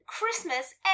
Christmas